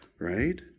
right